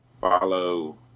Follow